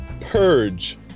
Purge